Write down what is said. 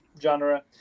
genre